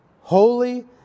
holy